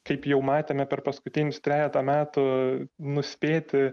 kaip jau matėme per paskutinius trejetą metų nuspėti